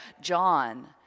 John